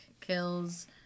kills